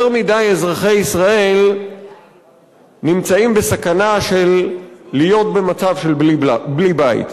יותר מדי אזרחי ישראל נמצאים בסכנה של להיות במצב של בלי בית.